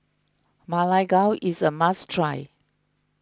Ma Lai Gao is a must try